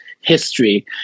history